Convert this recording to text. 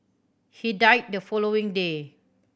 he died the following day